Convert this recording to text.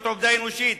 זאת עובדה אנושית,